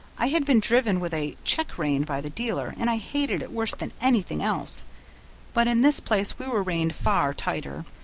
i had been driven with a check-rein by the dealer, and i hated it worse than anything else but in this place we were reined far tighter,